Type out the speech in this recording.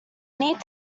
need